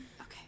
Okay